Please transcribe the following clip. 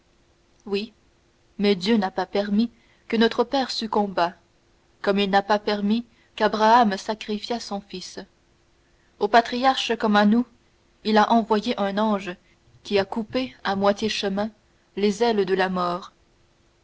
oui mais dieu n'a pas permis que notre père succombât comme il n'a pas permis qu'abraham sacrifiât son fils au patriarche comme à nous il a envoyé un ange qui a coupé à moitié chemin les ailes de la mort